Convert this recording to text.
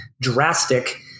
drastic